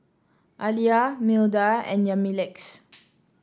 Aleah Milda and Yamilex